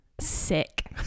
sick